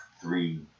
three